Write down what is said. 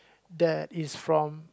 that is from